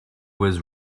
was